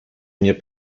mnie